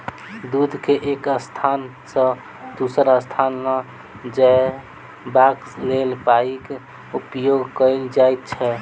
दूध के एक स्थान सॅ दोसर स्थान ल जयबाक लेल पाइपक उपयोग कयल जाइत छै